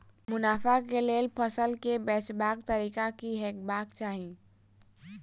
मुनाफा केँ लेल फसल केँ बेचबाक तरीका की हेबाक चाहि?